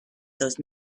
those